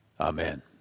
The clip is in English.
Amen